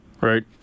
Right